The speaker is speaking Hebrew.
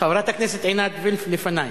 חברת הכנסת עינת וילף לפני.